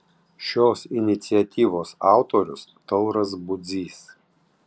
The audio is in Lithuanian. šios iniciatyvos autorius tauras budzys